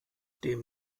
dem